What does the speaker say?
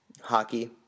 Hockey